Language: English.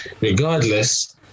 regardless